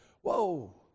whoa